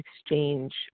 exchange